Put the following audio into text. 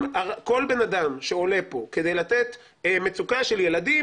אם כל אדם שעולה פה כדי לתת מצוקה של ילדים,